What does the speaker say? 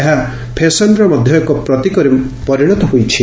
ଏହା ଫ୍ୟାସନର ମଧ୍ଧ ଏକ ପ୍ରତୀକରେ ପରିଶତ ହୋଇଛି